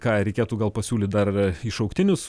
ką reikėtų gal pasiūlyt dar į šauktinius